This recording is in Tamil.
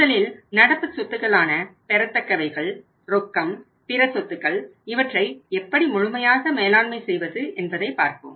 முதலில் நடப்பு சொத்துக்களான பெறத்தக்கவைகள் ரொக்கம் பிற சொத்துகள் இவற்றை எப்படி முழுமையாக மேலாண்மை செய்வது என்பதை பார்ப்போம்